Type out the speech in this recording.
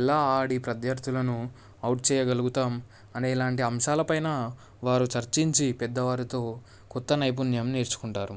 ఎలా ఆడి ప్రత్యర్థులను ఔట్ చేయగలుగుతాం అనే ఇలాంటి అంశాలపైన వారు చర్చించి పెద్దవారితో కొత్త నైపుణ్యం నేర్చుకుంటారు